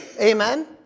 Amen